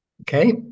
Okay